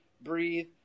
breathe